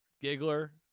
giggler